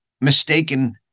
mistaken